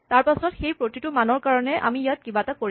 তাৰপাছত সেই প্ৰতিটো মানৰ কাৰণে আমি ইয়াত কিবা এটা কৰিব পাৰিম